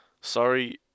Sorry